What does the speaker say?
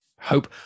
hope